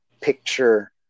picture